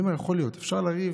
אני אומר: יכול להיות, אפשר לריב